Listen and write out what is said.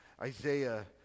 Isaiah